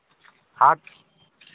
ᱦᱟᱛ